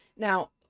Now